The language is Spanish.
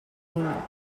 uno